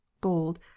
gold